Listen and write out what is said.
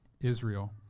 Israel